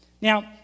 Now